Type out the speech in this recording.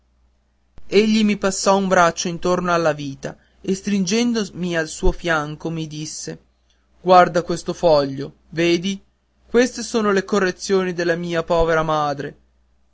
cos'aveva egli mi passò un braccio intorno alla vita e stringendomi al suo fianco mi disse guarda questo foglio vedi queste sono le correzioni della mia povera madre